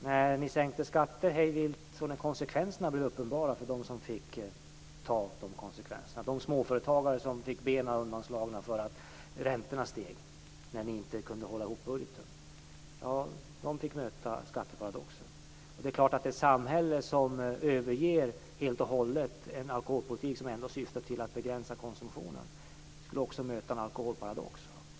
Då ni sänkte skatter hej vilt och då effekterna blev uppenbara för dem som fick ta konsekvenserna - benen slogs ju undan för småföretagare när räntorna steg därför att ni inte kunde hålla ihop budgeten - fick man möta skatteparadoxen. Ett samhälle som helt och hållet överger en alkoholpolitik som ändå syftar till att begränsa konsumtionen skulle också möta en alkoholparadox.